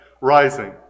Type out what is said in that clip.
rising